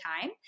time